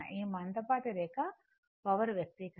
ఈ మందపాటి రేఖ పవర్ వ్యక్తీకరణ